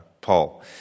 Paul